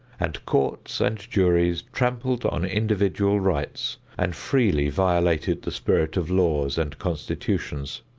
and courts and juries trampled on individual rights and freely violated the spirit of laws and constitutions.